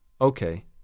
Okay